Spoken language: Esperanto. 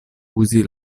uzi